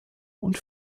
und